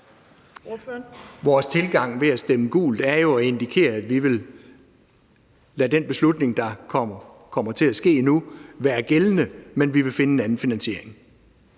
Vores tilgang med at stemme gult er jo at indikere, at vi vil lade den beslutning, der kommer til at blive taget nu, være gældende, men at vi vil finde en anden finansiering.